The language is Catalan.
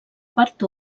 part